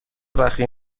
بخیه